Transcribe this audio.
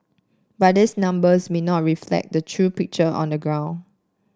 but these numbers may not reflect the true picture on the ground